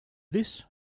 this